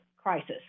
crisis